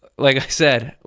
like i said,